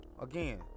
again